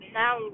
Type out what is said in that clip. now